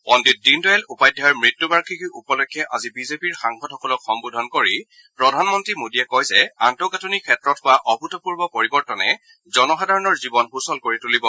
পণ্ডিত দীনদয়াল উপাধ্যায়ৰ মৃত্যুবাৰ্ষিকী উপলক্ষে আজি বিজেপিৰ সাংসদসকলক সম্বোধন কৰি প্ৰধানমন্ত্ৰী মোদীয়ে কয় যে আন্তঃগাঁথনি ক্ষেত্ৰত হোৱা অভূতপূৰ্ব পৰিবৰ্তনে জনসাধাৰণৰ জীৱন সূচল কৰি তূলিব